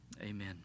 Amen